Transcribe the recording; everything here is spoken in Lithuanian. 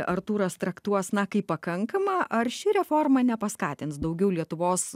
artūras traktuos na kaip pakankamą ar ši reforma nepaskatins daugiau lietuvos